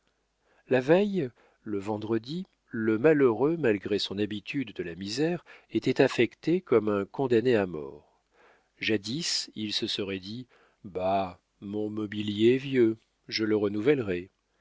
la veille le vendredi le malheureux malgré son habitude de la misère était affecté comme un condamné à mort jadis il se serait dit bah mon mobilier est vieux je le renouvellerai